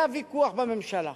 היה ויכוח בממשלה,